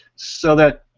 so that